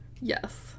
Yes